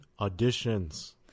auditions